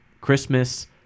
Christmas